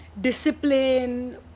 discipline